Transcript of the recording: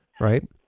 right